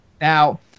Now